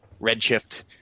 Redshift